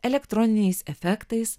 elektroniniais efektais